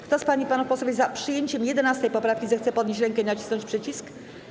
Kto z pań i panów posłów jest za przyjęciem 11. poprawki, zechce podnieść rękę i nacisnąć przycisk.